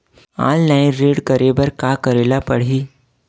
Online ऋण करे बर का करे ल पड़हि?